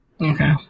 Okay